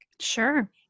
Sure